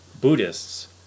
Buddhists